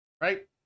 Right